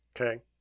Okay